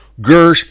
Gersh